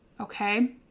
Okay